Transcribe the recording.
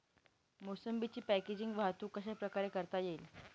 मोसंबीची पॅकेजिंग वाहतूक कशाप्रकारे करता येईल?